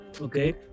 Okay